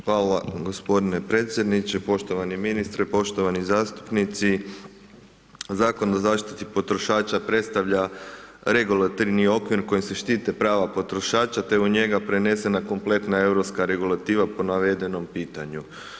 Hvala gospodine predsjedniče, poštovani ministre, poštovani zastupnici, Zakon o zaštiti potrošača predstavlja regulativni okvir kojim se štite prava potrošača te u njega prenesena kompletna europska regulativa po navedenom pitanju.